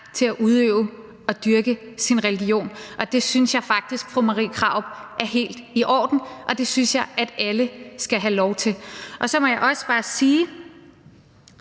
til at udøve og dyrke sin religion. Og det synes jeg faktisk, fru Marie Krarup, er helt i orden, og det synes jeg at alle skal have lov til. Og så må jeg også bare sige,